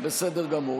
בסדר גמור.